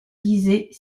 disait